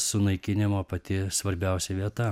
sunaikinimo pati svarbiausia vieta